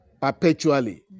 perpetually